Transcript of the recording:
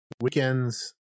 weekends